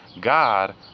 God